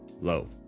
low